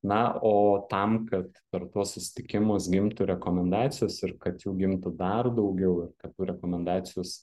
na o tam kad per tuos susitikimus gimtų rekomendacijos ir kad jų gimtų dar daugiau ir kad tų rekomendacijų jūs